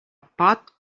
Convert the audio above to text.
pot